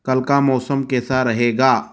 कल का मौसम कैसा रहेगा